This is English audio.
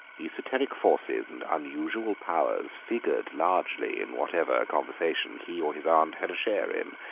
esoteric forces and unusual powers figured largely in whatever conversation he or his aunt had a share in,